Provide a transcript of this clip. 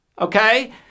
Okay